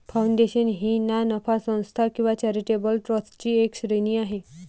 foundation ही ना नफा संस्था किंवा चॅरिटेबल ट्रस्टची एक श्रेणी आहे